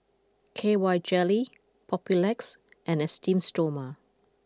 K Y Jelly Papulex and Esteem Stoma